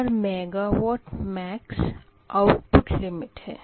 और megawatt max output limit है